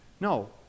No